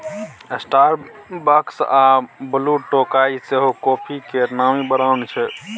Starbucks आ ब्लुटोकाइ सेहो coffee केर नामी ब्रांड छै